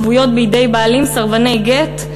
שבויות בידי בעלים סרבני גט,